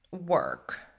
work